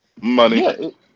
Money